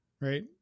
right